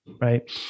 Right